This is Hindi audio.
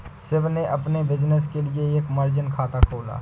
शिव ने अपने बिज़नेस के लिए एक मार्जिन खाता खोला